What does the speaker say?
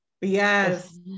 Yes